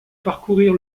parcourir